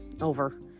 Over